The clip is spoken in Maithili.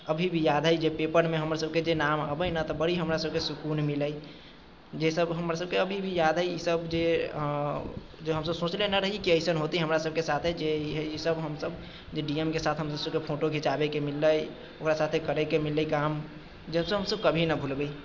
अभी भी याद हइ जे पेपरमे हमरसभके जे नाम अबै ने तऽ बड़ी हमरासभके सुकून मिलै जे सभ हमरासभके अभी भी याद हइ इसभ जे जे हमसभ सोचले न रहियै कि अइसन हौते हमरासभके साथे जे इसभ हमसभ जे डी एम के साथ हर सभके फोटो घिँचाबएके मिललै ओकरा साथे करैके मिललै काम जेसभ हमसभ कभी न भुलबै